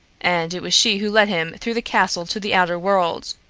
and it was she who led him through the castle to the outer world.